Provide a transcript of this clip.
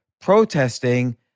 protesting